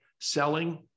Selling